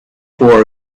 for